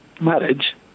marriage